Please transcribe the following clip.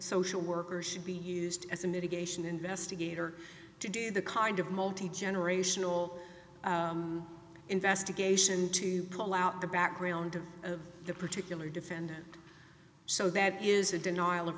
social worker should be used as a mitigation investigator to do the kind of multi generational investigation to pull out the background of the particular defendant so that is a denial of